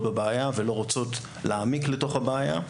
בבעיה ולא רוצות להעמיק לתוך הבעיה.